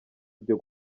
ibyo